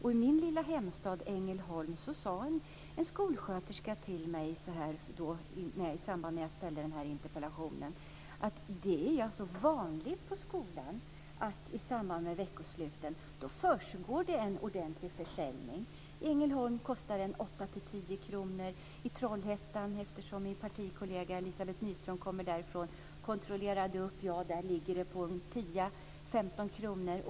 I min lilla hemstad Ängelholm sade en skolsköterska så här till mig i samband med att jag ställde denna interpellation: Det är vanligt på skolan i samband med veckosluten. Då försiggår det en ordentlig försäljning. I Ängelholm kostar en tablett 8-10 kr. I Trollhättan - min partikollega Elizabeth Nyström kommer därifrån och kontrollerade det - ligger priset på en tia eller 15 kr.